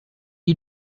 you